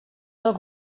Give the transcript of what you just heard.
del